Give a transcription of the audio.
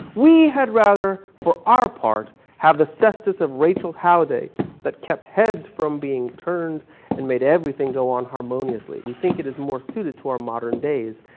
we had rather, for our part, have the sestus of rachel holiday that kept heads from being turned and made everything go on harmoniously. we think it is more suited to our modern days,